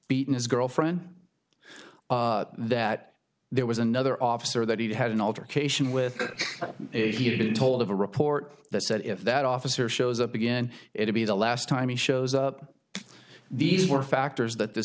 beaten his girlfriend that there was another officer that he had an altercation with if he told of a report that said if that officer shows up again it'll be the last time he shows up these were factors that this